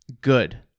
good